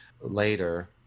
later